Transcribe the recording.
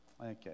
Okay